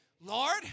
Lord